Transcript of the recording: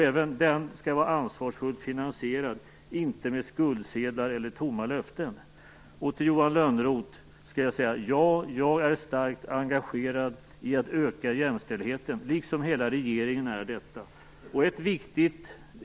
Även här skall det vara en ansvarsfull finansiering, inte med skuldsedlar eller tomma löften. Till Johan Lönnroth vill jag säga: Ja, jag är starkt engagerad i att öka jämställdheten. Det är för övrigt hela regeringen.